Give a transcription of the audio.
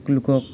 লোকক